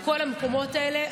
בכל המקומות האלה,